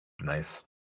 Nice